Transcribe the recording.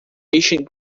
ancient